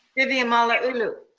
vivian malauulu.